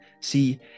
See